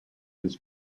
his